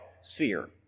sphere